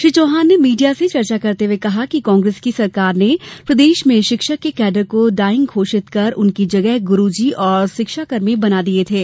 श्री चौहान ने मीडिया से चर्चा करते हुए कहा कि कांग्रेस की सरकार ने प्रदेश में शिक्षक के कैडर को डाइंग घोषित कर उनकी जगह गुरुजी और शिक्षाकर्मी बना दिये गये थे